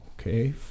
Okay